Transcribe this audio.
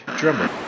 drummer